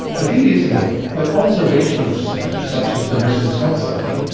the thing is though that observational research such as the nurses' health study,